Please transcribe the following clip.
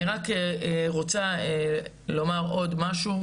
אני רק רוצה לומר עוד משהו,